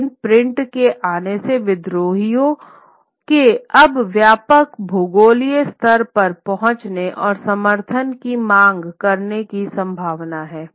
लेकिन प्रिंट के आने से विद्रोहियों के अब व्यापक भूगोललिए स्तर पर पहुंचने और समर्थन की मांग करने की संभावना है